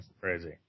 Crazy